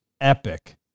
epic